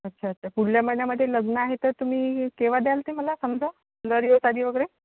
अच्छा अच्छा पुढल्या महिन्यामध्ये लग्न आहे तर तुम्ही केव्हा द्याल ते मला समजा लरीवसाठी वगैरे